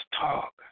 talk